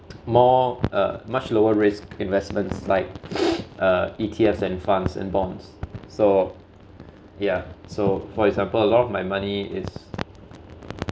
more uh much lower risk investments like uh E_T_Fs and funds and bonds so ya so for example a lot of my money is